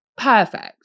perfect